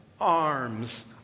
arms